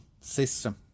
system